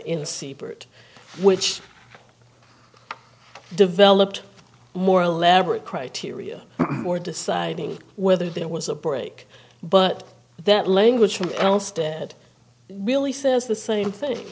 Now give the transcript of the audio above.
in siebert which developed more elaborate criteria for deciding whether there was a break but that language from an instead really says the same thing